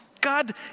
God